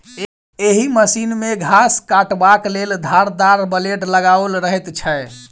एहि मशीन मे घास काटबाक लेल धारदार ब्लेड लगाओल रहैत छै